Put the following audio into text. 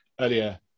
earlier